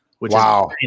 Wow